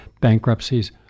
Bankruptcies